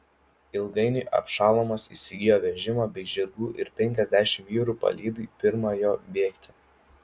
ilgainiui abšalomas įsigijo vežimą bei žirgų ir penkiasdešimt vyrų palydai pirma jo bėgti